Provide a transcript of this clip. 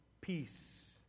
peace